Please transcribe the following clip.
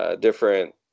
different